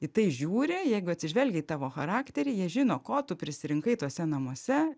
į tai žiūri jeigu atsižvelgia į tavo charakterį jie žino ko tu prisirinkai tuose namuose